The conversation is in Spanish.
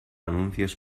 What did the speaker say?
anuncios